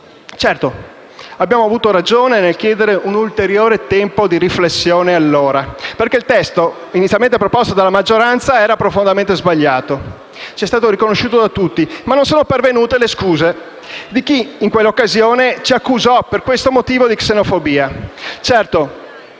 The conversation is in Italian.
Certamente abbiamo avuto ragione nel chiedere allora ulteriore tempo di riflessione, perché il testo inizialmente proposto dalla maggioranza era profondamente sbagliato, come è stato riconosciuto da tutti. Tuttavia non sono pervenute le scuse di chi in quell'occasione per questo motivo ci accusò di xenofobia.